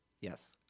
Yes